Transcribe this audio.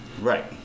Right